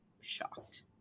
shocked